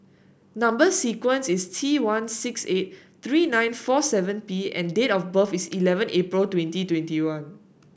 number sequence is T one six eight three nine four seven P and date of birth is eleven April twenty twenty one